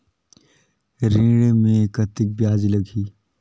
ऋण मे कतेक ब्याज लगही?